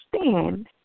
stand